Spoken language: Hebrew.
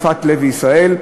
יפעת לוי-ישראל,